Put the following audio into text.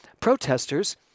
protesters